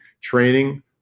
training